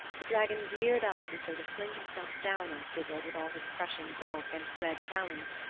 the dragon reared up as though to fling himself down on sigurd with all his crushing bulk and dread talons,